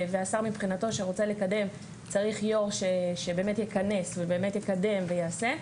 והשר מבחינתו שרוצה לקדם צריך יו"ר שבאמת יכנס ובאמת יקדם ויעשה.